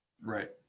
right